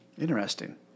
Interesting